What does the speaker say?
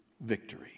victory